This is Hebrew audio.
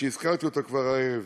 שכבר הזכרתי אותו הערב,